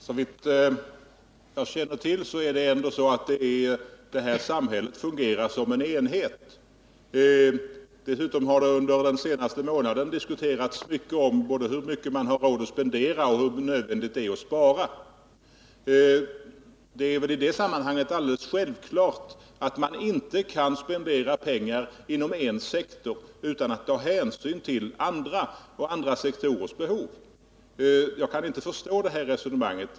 Herr talman! Såvitt jag känner till fungerar ändå detta samhälle såsom en enhet. Dessutom har det under den senaste månaden diskuterats mycket om hur mycket man har råd att spendera och hur nödvändigt det är att spara. Självklart kan man inte spendera inom en sektor utan att ta hänsyn till andra sektorers behov. Jag kan inte förstå något annat resonemang.